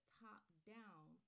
top-down